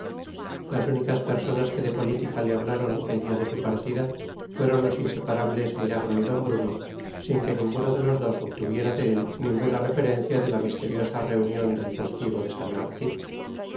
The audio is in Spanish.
las únicas personas que de política le hablaron el día de su partida fueron los inseparables milagro y d bruno sin que ninguno de los dos obtuviera de él ninguna referencia de la misteriosa reunión del postigo de san martín